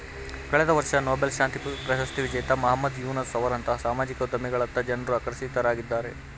ಕಳೆದ ವರ್ಷ ನೊಬೆಲ್ ಶಾಂತಿ ಪ್ರಶಸ್ತಿ ವಿಜೇತ ಮಹಮ್ಮದ್ ಯೂನಸ್ ಅವರಂತಹ ಸಾಮಾಜಿಕ ಉದ್ಯಮಿಗಳತ್ತ ಜನ್ರು ಆಕರ್ಷಿತರಾಗಿದ್ದಾರೆ